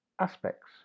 aspects